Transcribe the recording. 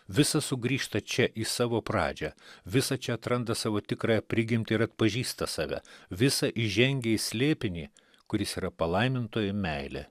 visa sugrįžta čia į savo pradžią visa čia atranda savo tikrąją prigimtį ir atpažįsta save visa įžengia į slėpinį kuris yra palaimintojo meilė